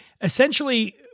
essentially